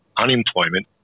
unemployment